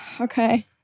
Okay